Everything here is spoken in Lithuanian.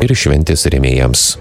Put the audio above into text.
ir šventės rėmėjams